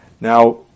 Now